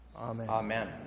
Amen